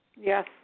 Yes